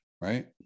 Right